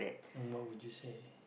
and what would you say